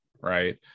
right